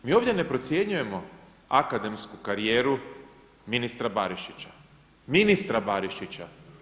Mi ovdje ne procjenjujemo akademsku karijeru ministra Barišića, ministra Barišića.